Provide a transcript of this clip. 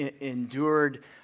endured